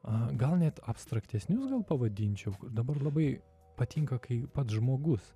gal net abstraktesnius gal pavadinčiau dabar labai patinka kai pats žmogus